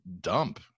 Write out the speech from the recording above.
dump